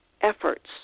efforts